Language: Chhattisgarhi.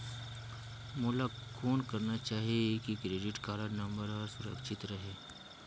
मोला कौन करना चाही की क्रेडिट कारड नम्बर हर सुरक्षित रहे?